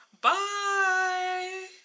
Bye